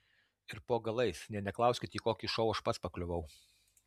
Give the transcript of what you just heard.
ir po galais nė neklauskit į kokį šou aš pats pakliuvau